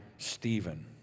Stephen